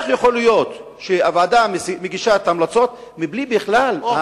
איך יכול להיות שהוועדה מגישה את ההמלצות בכלל בלי שאנחנו,